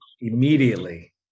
immediately